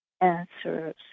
answers